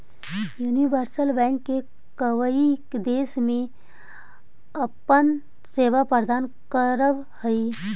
universal bank कईक देश में अपन सेवा प्रदान करऽ हइ